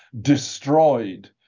destroyed